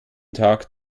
tag